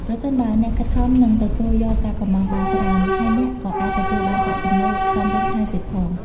ប្រសិនបើអ្នកខិតខំ និងទទួលយកការកម្ម៉ង់បានច្រើន ហើយអ្នកក៏អាចទទួលបានប្រាក់ចំណូលសមរម្យថែមទៀតផង។